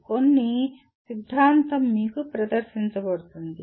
కొన్ని సిద్ధాంతం మీకు ప్రదర్శించబడుతుంది